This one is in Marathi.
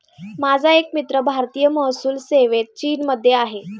माझा एक मित्र भारतीय महसूल सेवेत चीनमध्ये आहे